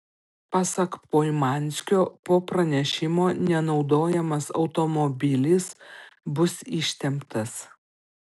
pasak poimanskio po pranešimo nenaudojamas automobilis bus ištemptas